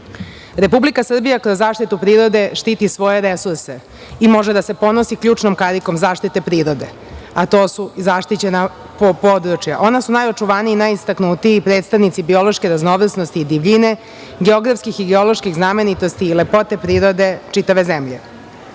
posečena. Republika Srbija kroz zaštitu prirode štiti svoje resurse i može da se ponosi ključnom karikom zaštite prirode, a to su zaštićena područja. Ona su najočuvanija i najistaknutiji predstavnici biološke raznovrsnosti i divljine, geografskih i geoloških znamenitosti i lepote prirode čitave zemlje.